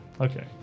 Okay